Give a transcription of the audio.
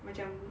macam